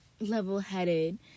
level-headed